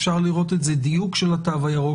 אפשר לראות את זה כדיוק של התו הירוק,